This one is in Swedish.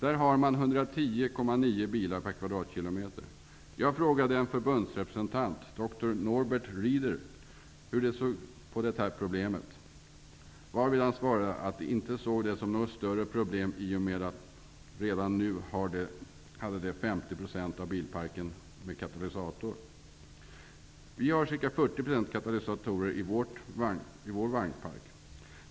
Där har man 110,9 bilar per kvadratkilometer. Jag frågade en förbundsrepresentant, Dr Norbert Rieder, hur man ser på problemet. Han svarade att man inte ser det som något större problem, eftersom 50 % av bilarna redan nu har katalysator. Ca 40 % av våra bilar har katalysator.